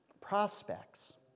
prospects